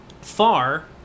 Far